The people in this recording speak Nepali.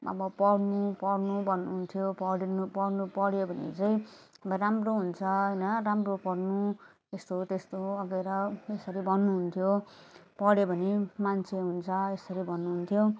अब पढ्नु पढ्नु भन्नुहुन्थ्यो पढ्नु पढ्नु पढ्यो भने चाहिँ अब राम्रो हुन्छ होइन राम्रो पढ्नु यस्तो हो त्यस्तो हो अब हेर त्यसरी भन्नुहुन्थ्यो पढ्यो भने मान्छे हुन्छ यसरी भन्नुहुन्थ्यो